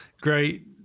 great